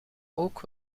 ook